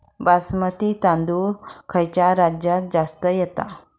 बासमती तांदूळ खयच्या राज्यात जास्त येता?